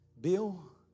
Bill